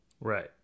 Right